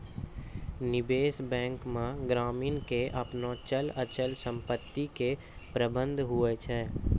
निबेश बेंक मे ग्रामीण के आपनो चल अचल समपत्ती के प्रबंधन हुवै छै